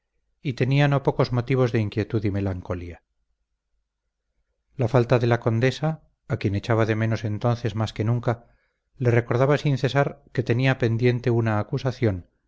y tenía no pocos motivos de inquietud y melancolía la falta de la condesa a quien echaba de menos entonces más que nunca le recordaba sin cesar que tenía pendiente una acusación